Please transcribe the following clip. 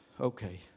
Okay